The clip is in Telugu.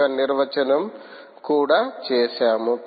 యొక్క నిర్వచనం కూడా చేసాము